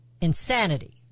Insanity